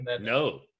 No